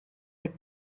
had